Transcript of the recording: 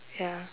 ya